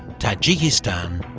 tajikistan,